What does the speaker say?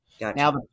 Now